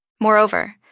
Moreover